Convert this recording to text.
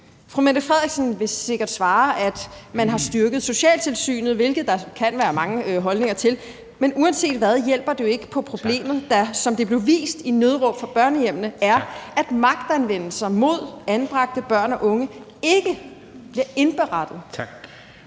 Statsministeren vil sikkert svare, at man har styrket socialtilsynet, hvilket der kan være mange holdninger til, men uanset hvad hjælper det jo ikke på problemet, der, som det blev vist i »Nødråb fra børnehjemmet«, er (Formanden (Henrik Dam Kristensen): Tak), at magtanvendelser mod anbragte børn og unge ikke bliver indberettet.